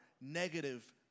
negative